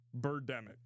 Birdemic